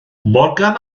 morgan